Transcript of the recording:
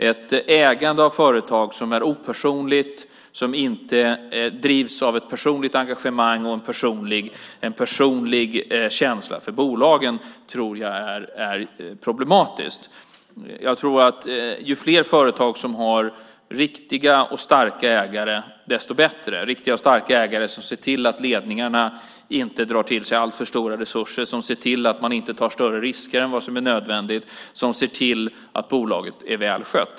Ett ägande av företag som är opersonligt, som inte drivs av ett personligt engagemang och en personlig känsla för bolagen tror jag är problematiskt. Jag tror att ju fler företag som har riktiga och starka ägare desto bättre är det. Det handlar om riktiga och starka ägare som ser till att ledningarna inte drar till sig alltför stora resurser, som ser till att man inte tar större risker än vad som är nödvändigt, som ser till att bolaget är väl skött.